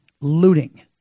looting